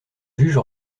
juge